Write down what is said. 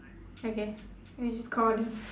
K K we just call them